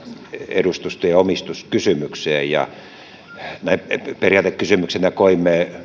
edustustojen omistuskysymykseen periaatekysymyksenä koimme